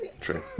True